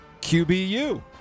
QBU